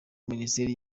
minisiteri